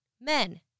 Men